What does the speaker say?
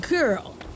Girl